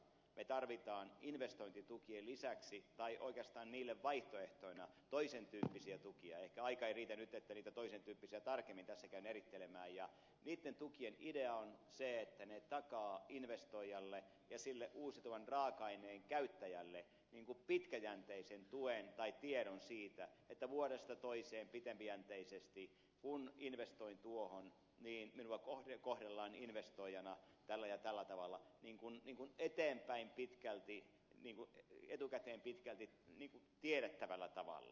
me tarvitsemme investointitukien lisäksi tai oikeastaan niille vaihtoehtoina toisen tyyppisiä tukia ehkä aika ei riitä nyt että niitä toisen tyyppisiä tarkemmin tässä käyn erittelemään ja niitten tukien idea on se että ne takaavat investoijalle ja sille uusiutuvan raaka aineen käyttäjälle pitkäjänteisen tuen tai tiedon siitä että vuodesta toiseen pitempijänteisesti kun investoin tuohon minua kohdellaan investoijana tällä ja tällä tavalla etukäteen pitkälti tiedettävällä tavalla